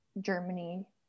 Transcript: Germany